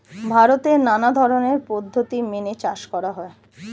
ভারতে নানা ধরনের পদ্ধতি মেনে চাষ করা হয়